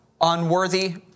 unworthy